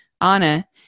Anna